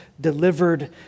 delivered